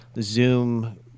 Zoom